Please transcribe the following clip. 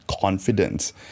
confidence